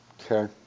Okay